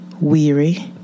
weary